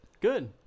Good